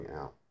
out